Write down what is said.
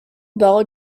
bell